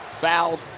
fouled